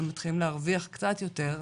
והם מתחילים להרוויח קצת יותר,